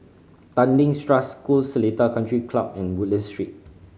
Tanglin Trust School Seletar Country Club and Woodland Street